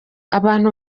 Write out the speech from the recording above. abantu